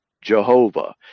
Jehovah